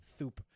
Thup